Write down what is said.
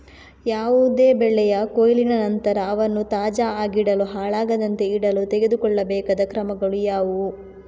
ಯಾವುದೇ ಬೆಳೆಯ ಕೊಯ್ಲಿನ ನಂತರ ಅವನ್ನು ತಾಜಾ ಆಗಿಡಲು, ಹಾಳಾಗದಂತೆ ಇಡಲು ತೆಗೆದುಕೊಳ್ಳಬೇಕಾದ ಕ್ರಮಗಳು ಯಾವುವು?